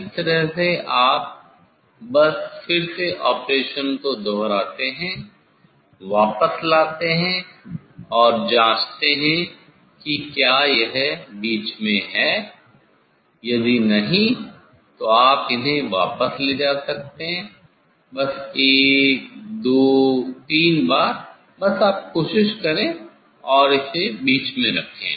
इस तरह से आप बस फिर से ऑपरेशन को दोहराते हैं वापस लाते हैं और जाँचते हैं कि क्या यह बीच में है यदि नहीं तो आप इन्हें वापस ले जा सकते हैं बस एक दो तीन बार बस आप कोशिश करे और इसे बीच में रखें